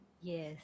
Yes